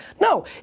No